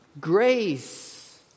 grace